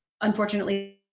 unfortunately